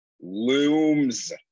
Looms